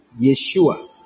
Yeshua